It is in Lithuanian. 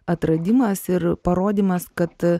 atradimas ir parodymas kad